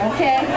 Okay